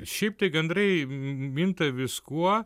šiaip tai gandrai minta viskuo